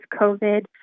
COVID